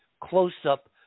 close-up